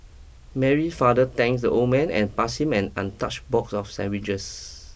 Mary father thank the old man and pass him an untouched box of sandwiches